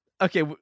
Okay